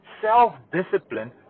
self-discipline